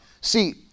See